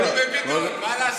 היינו בבידוד, מה לעשות.